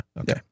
okay